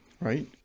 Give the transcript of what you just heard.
right